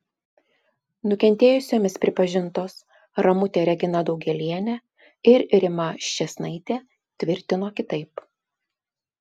nukentėjusiomis pripažintos ramutė regina daugėlienė ir rima ščėsnaitė tvirtino kitaip